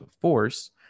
force